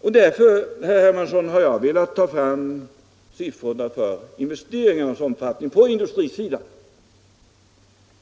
Därför har jag, herr Hermansson, velat ta fram siffrorna om investeringarnas omfattning på industrisidan.